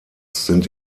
sind